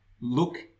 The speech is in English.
look